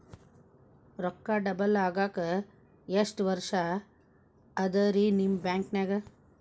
ರೊಕ್ಕ ಡಬಲ್ ಆಗಾಕ ಎಷ್ಟ ವರ್ಷಾ ಅದ ರಿ ನಿಮ್ಮ ಬ್ಯಾಂಕಿನ್ಯಾಗ?